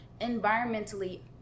environmentally